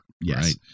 Yes